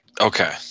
Okay